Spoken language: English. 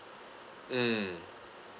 mm